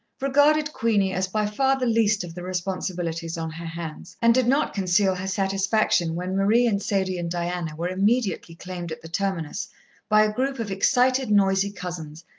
regarded queenie as by far the least of the responsibilities on her hands, and did not conceal her satisfaction when marie and sadie and diana were immediately claimed at the terminus by a group of excited, noisy cousins,